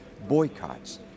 boycotts